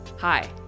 Hi